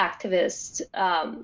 activists